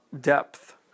depth